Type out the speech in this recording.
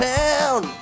town